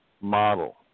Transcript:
model